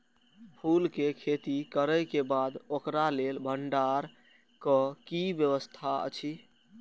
फूल के खेती करे के बाद ओकरा लेल भण्डार क कि व्यवस्था अछि?